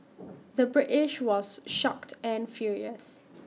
the British was shocked and furious